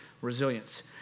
Resilience